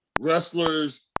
wrestlers